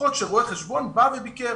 דוחות שרואה חשבון בא וביקר.